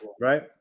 Right